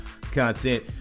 content